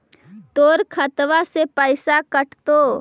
तोर खतबा से पैसा कटतो?